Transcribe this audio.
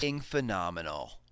phenomenal